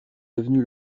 devenu